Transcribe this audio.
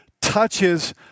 touches